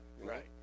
Right